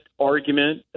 argument